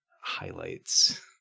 highlights